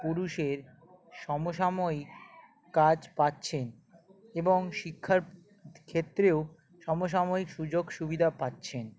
পুরুষের সমসাময়িক কাজ পাচ্ছেন এবং শিক্ষার ক্ষেত্রেও সমসাময়িক সুযোগ সুবিধা পাচ্ছেন